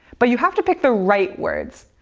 but you have to pick the right words.